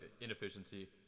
inefficiency